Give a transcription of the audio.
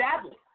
sadly